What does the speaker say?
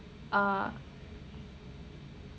uh